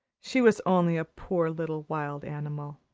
she was only a poor little wild animal.